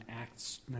Acts